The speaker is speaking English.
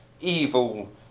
evil